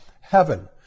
heaven